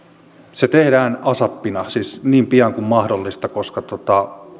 se tehdään asapina siis niin pian kuin mahdollista koska